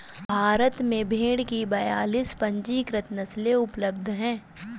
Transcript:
भारत में भेड़ की बयालीस पंजीकृत नस्लें उपलब्ध हैं